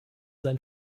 sein